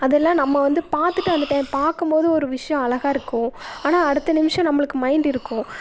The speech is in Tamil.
அதெல்லாம் நம்ம வந்து பார்த்துட்டு அந்த டைம் பார்க்கம்போது ஒரு விஷயம் அழகா இருக்கும் ஆனால் அடுத்த நிமிஷம் நம்மளுக்கு மைண்ட் இருக்கும்